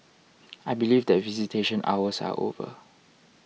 I believe that visitation hours are over